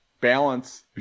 balance